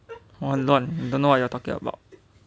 我很乱 don't know what you are talking about